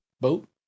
boat